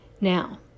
Now